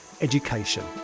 education